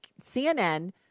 CNN